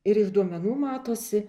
ir iš duomenų matosi